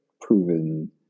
proven